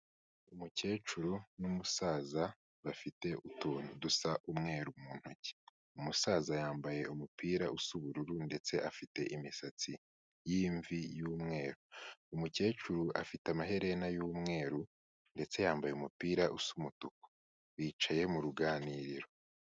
Umukecuru n'umusaza bafite utuntu dusa umweru mu ntoki, umusaza yambaye umupira usa ubururu ndetse afite imisatsi y'imvi y'umweru, umukecuru afite amaherena y'umweru ndetse yambaye umupira usa umutuku, bicaye mu ruganiriro.